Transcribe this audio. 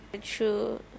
True